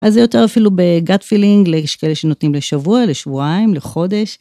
אז זה יותר אפילו בגאט פילינג, יש כאלה שנותנים לשבוע, לשבועיים, לחודש.